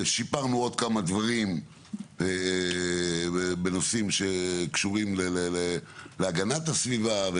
ושיפרנו עוד כמה דברים בנושאים שקשורים להגנת הסביבה,